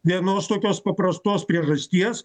vienos tokios paprastos priežasties